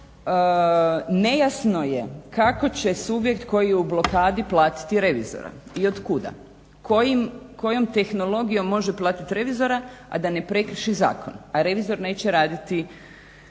nejasno je kako će subjekt koji je u blokadi platiti revizora i od kuda, kojom tehnologijom može platit revizora, a da ne prekrši zakon, a revizor neće raditi